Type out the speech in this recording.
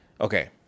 Okay